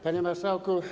Panie Marszałku!